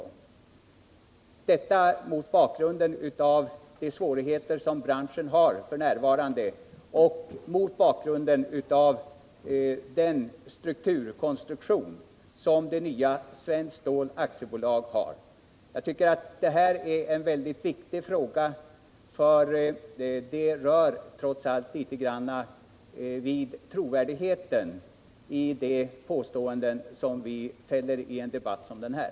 Jag ställer denna fråga mot bakgrund av de svårigheter branschen har f. n. och mot bakgrund av den strukturkonstruktion som det nya Svenskt Stål AB har. Jag tycker att det här är en väldigt viktig fråga. Den rör trots allt litet grand vid trovärdigheten i de påståenden vi fäller i en debatt som den här.